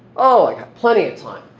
oh i got plenty of time.